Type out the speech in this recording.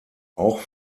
auch